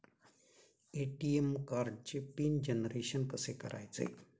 ATM कार्डचे PIN generation कसे करायचे?